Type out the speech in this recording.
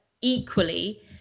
equally